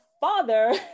father